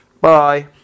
Bye